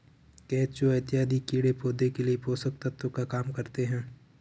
केचुआ इत्यादि कीड़े पौधे के लिए पोषक तत्व का काम करते हैं